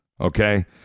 Okay